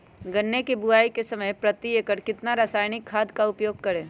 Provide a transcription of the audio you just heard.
गन्ने की बुवाई के समय प्रति एकड़ कितना रासायनिक खाद का उपयोग करें?